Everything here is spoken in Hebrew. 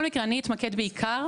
אני אתמקד בעיקר